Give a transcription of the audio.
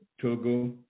Togo